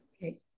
Okay